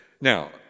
Now